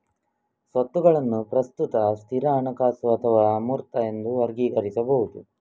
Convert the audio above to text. ಸ್ವತ್ತುಗಳನ್ನು ಪ್ರಸ್ತುತ, ಸ್ಥಿರ, ಹಣಕಾಸು ಅಥವಾ ಅಮೂರ್ತ ಎಂದು ವರ್ಗೀಕರಿಸಬಹುದು